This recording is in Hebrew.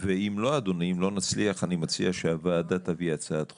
אם לא נצליח, אני מציע שהוועדה תביא הצעת חוק.